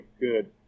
good